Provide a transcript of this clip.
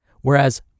whereas